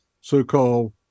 so-called